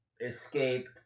escaped